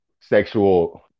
sexual